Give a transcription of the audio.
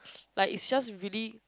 like it just really